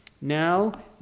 now